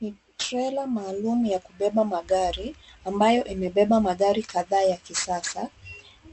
Ni trela maalum ya kubeba magari ambayo imebeba magari kadhaa ya kisasa,